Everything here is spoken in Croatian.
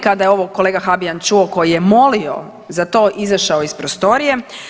Kada je ovo kolega Habijan čuo koji je molio za to izašao iz prostorije.